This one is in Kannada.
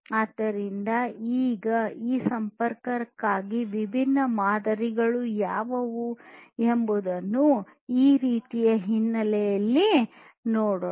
ಆದ್ದರಿಂದ ಈಗ ಈ ಸಂಪರ್ಕಕ್ಕಾಗಿ ವಿಭಿನ್ನ ಮಾದರಿಗಳು ಯಾವುವು ಎಂಬುದನ್ನು ಈ ರೀತಿಯ ಹಿನ್ನೆಲೆಯಲ್ಲಿ ನೋಡೋಣ